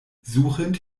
suchend